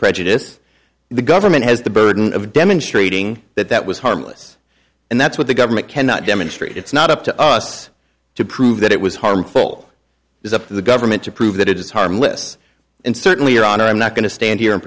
prejudice the government has the burden of demonstrating that that was harmless and that's what the government cannot demonstrate it's not up to us to prove that it was harmful is up to the government to prove that it is harmless and certainly your honor i'm not going to stand here and